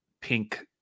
pink